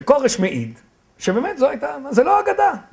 כורש מעיד, שבאמת זו הייתה, זה לא אגדה.